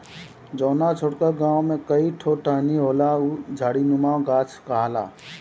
जौना छोटका गाछ में कई ठो टहनी होला उ झाड़ीनुमा गाछ कहाला